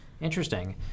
Interesting